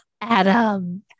Adam